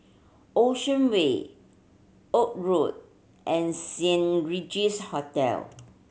Ocean Way Road and Saint Regis Hotel